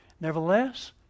Nevertheless